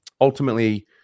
ultimately